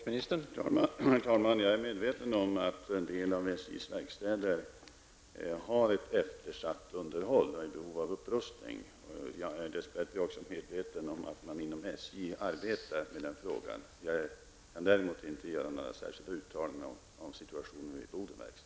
Herr talman! Jag är medveten om att en del av SJs verkstäder har ett eftersatt underhåll och är i behov av upprustning. Jag är dess bättre också medveten om att man inom SJ arbetar med den frågan. Jag kan däremot inte göra några särskilda uttalanden om situationen i verkstäderna i Boden.